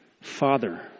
Father